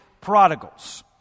prodigals